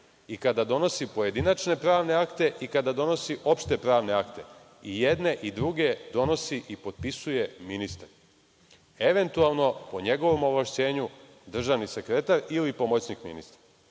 i kada donosi pojedinačne pravne akte i kada donosi opšte pravne akte. I jedne i druge donosi i potpisuje ministar, eventualno, po njegovom ovlašćenju državni sekretar ili pomoćnik ministra.